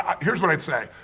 here's what i'd say,